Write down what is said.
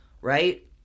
right